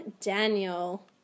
Daniel